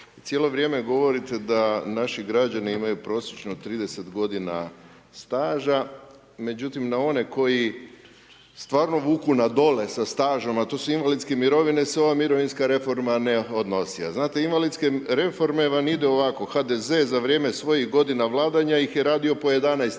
cijelo vrijeme govorite da naši građani imaju prosječno 30 godina staža, međutim na one koji stvarno vuku na dole sa stažom, a to su invalidske mirovine se ova mirovinska reforma ne odnosi, a znate invalidske reforme vam idu ovako, HDZ za vrijeme svojih godina vladanja ih je radio po 11 000